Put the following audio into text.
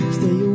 stay